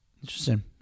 Interesting